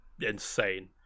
insane